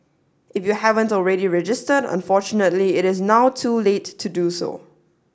if you haven't already registered unfortunately it is now too late to do so